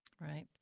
Right